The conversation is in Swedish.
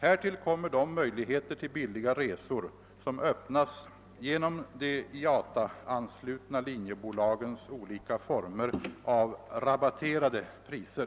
Härtill kommer de möjligheter till billiga resor som öppnas genom de IATA-anslutna linjebolagens olika former av rabatterade priser.